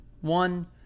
One